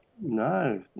no